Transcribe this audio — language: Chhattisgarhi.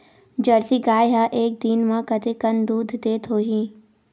जर्सी गाय ह एक दिन म कतेकन दूध देत होही?